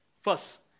First